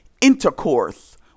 intercourse